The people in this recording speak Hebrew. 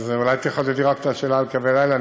אולי רק תחדדי את השאלה על קווי הלילה,